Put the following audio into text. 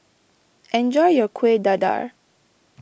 enjoy your Kueh Dadar